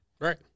Right